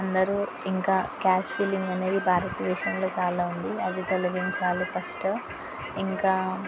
అందరూ ఇంకా caste feeling అనేది భారతదేశంలో చాలా ఉంది అది తొలగించాలి ఫస్ట్ ఇంకా